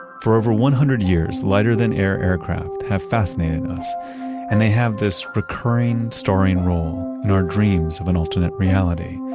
for over one hundred years lighter than air aircraft have fascinated us and they have this recurring starring role in our dreams of an alternate reality,